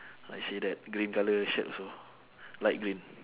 ah shirt right green colour shirt also light green